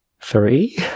three